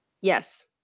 yes